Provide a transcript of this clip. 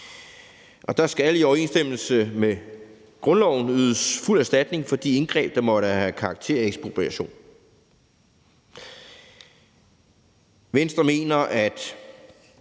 og der skal i overensstemmelse med grundloven ydes fuld erstatning for de indgreb, der måtte have karakter af ekspropriation. Venstre mener jo, at